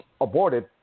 aborted